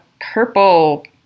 purple